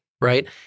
right